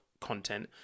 content